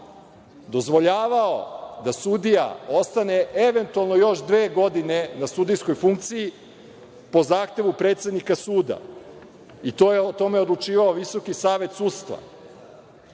dozvoljavao da sudija ostane eventualno još dve godine na sudijskoj funkciji, po zahtevu predsednika suda i to je o tome odlučivao Visoki savet sudstva. Tada